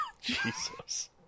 Jesus